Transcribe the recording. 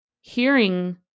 hearing